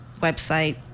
Website